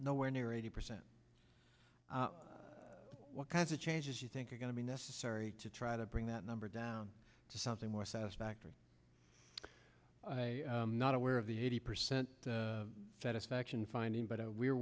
no where near eighty percent what kinds of changes you think are going to be necessary to try to bring that number down to something more satisfactory i'm not aware of the eighty percent satisfaction finding but we're